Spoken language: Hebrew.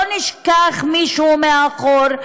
לא נשכח מישהו מאחור,